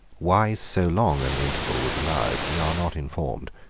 why so long an interval was allowed we are not informed.